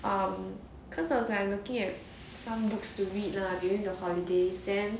um cause I was looking at some books to read lah during the holiday then